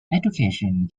education